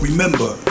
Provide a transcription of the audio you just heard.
Remember